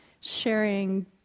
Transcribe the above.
sharing